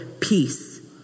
peace